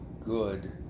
good